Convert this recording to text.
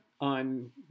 on